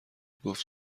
گفت